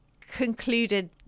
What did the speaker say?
concluded